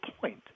point